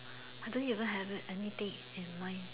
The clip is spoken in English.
I don't even have it anything in mind